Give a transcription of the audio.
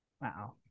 wow